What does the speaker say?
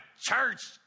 church